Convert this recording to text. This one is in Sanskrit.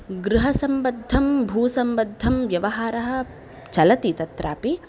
गृहसम्बद्धं भूसम्बद्धं व्यवहारः चलति तत्रापि